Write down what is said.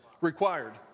Required